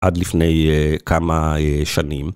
עד לפני אה.. כמה אה.. שנים.